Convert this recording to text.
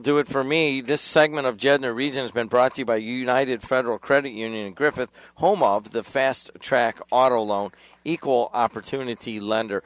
do it for me this segment of general reason has been brought to you by united federal credit union griffith home of the fast track auto loan equal opportunity lend